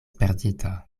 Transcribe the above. perdita